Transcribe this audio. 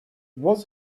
was